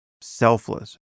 selfless